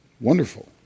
wonderful